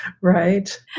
right